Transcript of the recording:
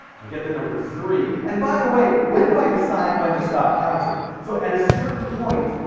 i get the number three. and by the way, when do i decide when to stop counting? so at a certain point,